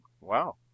wow